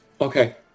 Okay